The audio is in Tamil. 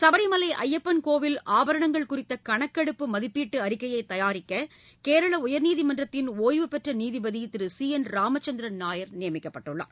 சபரிமலை ஐயப்பன் கோயில் ஆபரணங்கள் குறித்த கணக்கெடுப்பு மதிப்பீட்டு அறிக்கையை தயாரிக்க கேரள உயர்நீதிமன்றத்தின் ஒய்வுபெற்ற நீதிபதி திரு சி என் ராமச்சந்திரன் நாயர் நியமிக்கப்பட்டுள்ளார்